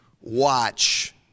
watch